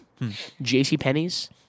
JCPenney's